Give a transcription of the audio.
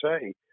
say